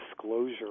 disclosure